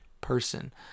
person